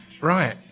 Right